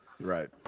Right